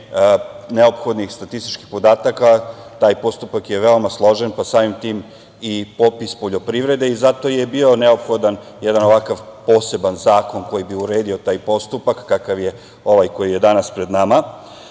neophodnih statističkih podataka, taj postupak je veoma složen, pa samim tim i popis poljoprivrede i zato je bio neophodan jedan ovakav poseban zakon koji bi uredio taj postupak kakav je ovaj koji je danas pred nama. Popis